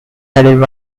sided